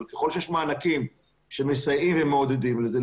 אבל ככל שיש מענקים שמסייעים ומעודדים את זה,